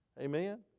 Amen